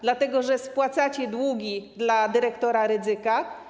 Dlatego że spłacacie długi dyr. Rydzyka.